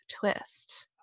twist